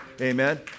Amen